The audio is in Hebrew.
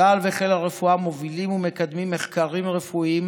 צה"ל וחיל הרפואה מובילים ומקדמים מחקרים רפואיים